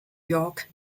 york